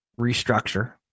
restructure